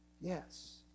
Yes